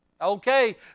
Okay